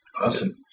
Awesome